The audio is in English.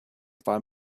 five